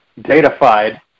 datafied